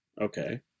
okay